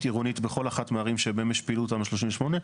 עירונית בכל אחת מהערים שבהן יש פעילות תמ"א 38,